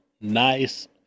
nice